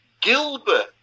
Gilbert